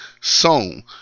song